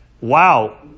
wow